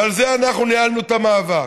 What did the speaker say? ועל זה אנחנו ניהלנו את המאבק,